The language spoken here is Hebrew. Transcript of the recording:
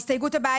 ההסתייגות הבאה,